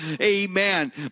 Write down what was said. amen